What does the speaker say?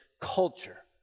culture